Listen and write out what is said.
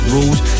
Rules